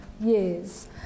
years